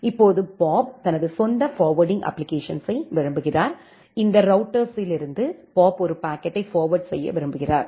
இப்போது பாப் தனது சொந்த ஃபார்வேர்ட்டிங் அப்ப்ளிகேஷன்ஸ் விரும்புகிறார் இந்த ரௌட்டர்ஸ்யிலிருந்து பாப் ஒரு பாக்கெட்டை ஃபார்வேர்ட் செய்ய விரும்புகிறார்